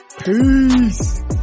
peace